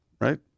right